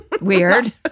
weird